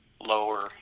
lower